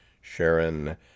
Sharon